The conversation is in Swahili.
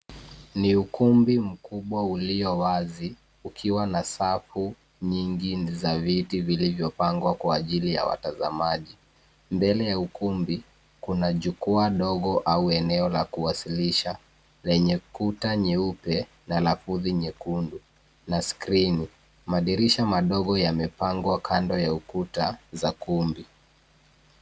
Ni ukumbi mkubwa uliowazi ukiwa na safu nyingi za viti vilivyopangwa kwa ajili ya watazamaji. mbele ya ukumbi kuna jukwaa ndogo au eneo la kuwasilisha lenye kuta nyeupe na lafudhi nyekundu na skrini. madirisha madogo yamepangwa kando ya ukuta za kumbi.